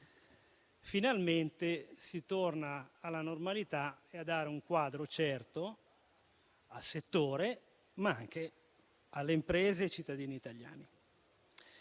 finalmente si torna alla normalità e a dare un quadro certo al settore, ma anche alle imprese e ai cittadini italiani